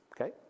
okay